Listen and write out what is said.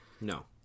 No